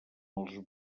els